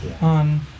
on